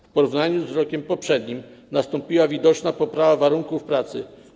W porównaniu z rokiem poprzednim nastąpiła widoczna poprawa warunków pracy.